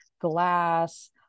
glass